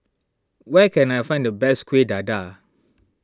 where can I find the best Kueh Dadar